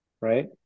right